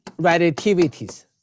relativities